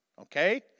okay